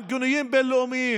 עם גינויים בין-לאומיים,